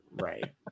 right